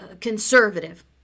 conservative